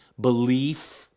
belief